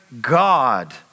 God